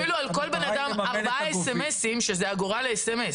אפילו ארבע הודעות על כל בן אדם זו אגורה ל-SMS.